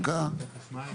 סליחה דקה,